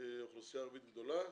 אוכלוסייה ערבית גדולה,